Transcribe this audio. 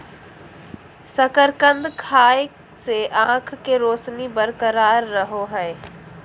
शकरकंद खाय से आंख के रोशनी बरकरार रहो हइ